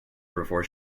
before